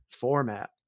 format